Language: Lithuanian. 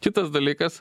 kitas dalykas